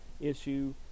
issue